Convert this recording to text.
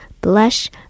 blush